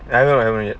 I know haven't yet